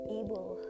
able